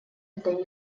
для